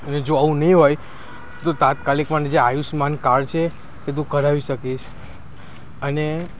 અને જો આવું નહીં હોય તો તાત્કાલિક પણ જે આયુષ્યમાન કાડ છે એ તું કઢાવી શકીશ અને